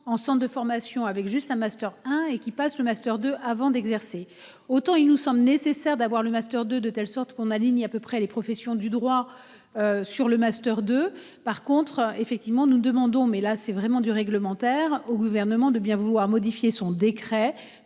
en centre de formation avec juste un master un et qui passe le master deux avant d'exercer autant il nous sommes nécessaire d'avoir le master de, de telle sorte qu'on aligne à peu près les professions du droit. Sur le Master de par contre effectivement nous demandons mais là c'est vraiment du réglementaire au gouvernement de bien vouloir modifier son décret